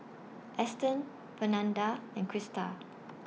Eston Fernanda and Christa